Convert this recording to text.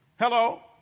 Hello